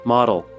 Model